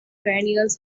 perennials